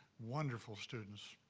wonderful students,